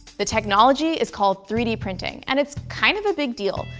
the technology is called three d printing and it's kind of a big deal,